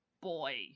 boy